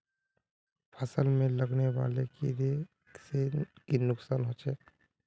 फसल में लगने वाले कीड़े से की नुकसान होचे?